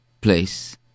place